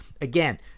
again